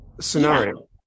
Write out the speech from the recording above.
scenario